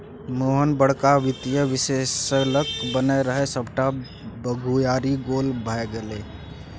मोहन बड़का वित्तीय विश्लेषक बनय रहय सभटा बुघियारी गोल भए गेलै